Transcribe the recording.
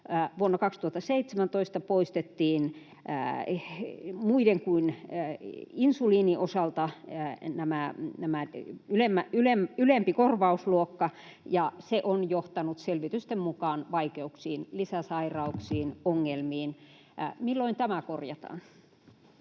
Vuonna 2017 poistettiin muiden kuin insuliinin osalta tämä ylempi korvausluokka, ja se on johtanut selvitysten mukaan vaikeuksiin: lisä-sairauksiin ja ongelmiin. Milloin tämä korjataan?